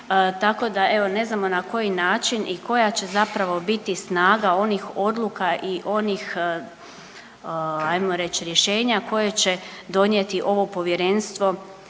Tako da evo ne znamo na koji način i koja će zapravo biti snaga onih odluka i onih ajmo reći rješenja koje će donijeti ovo povjerenstvo